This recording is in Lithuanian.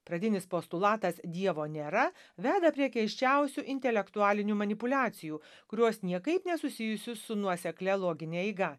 pradinis postulatas dievo nėra veda prie keisčiausių intelektualinių manipuliacijų kurios niekaip nesusijusios su nuoseklia logine eiga